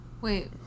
Wait